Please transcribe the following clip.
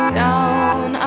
down